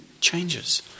changes